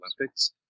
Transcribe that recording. Olympics